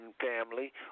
family